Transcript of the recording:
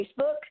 Facebook